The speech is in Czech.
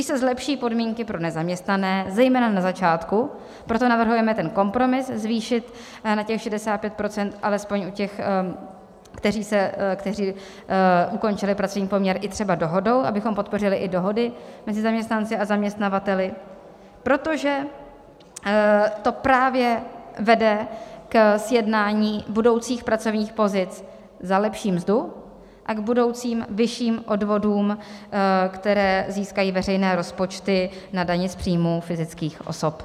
Když se zlepší podmínky pro nezaměstnané, zejména na začátku proto navrhujeme ten kompromis, zvýšit na těch 65 % alespoň u těch, kteří ukončili pracovní poměr i třeba dohodou, abychom podpořili i dohody mezi zaměstnanci a zaměstnavateli protože to právě vede ke sjednání budoucích pracovních pozic za lepší mzdu a k budoucím vyšším odvodům, které získají veřejné rozpočty na dani z příjmů fyzických osob.